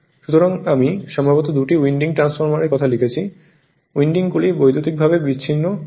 সুতরাং আমি সম্ভবত দুটি উইন্ডিং ট্রান্সফরমারের কথা লিখেছি উইন্ডিংগুলি বৈদ্যুতিকভাবে বিচ্ছিন্ন হয়